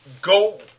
Go